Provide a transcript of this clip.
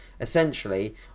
essentially